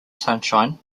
sunshine